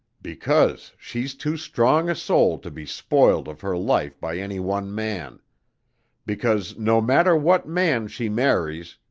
because she's too strong a soul to be spoiled of her life by any one man because no matter what man she marries,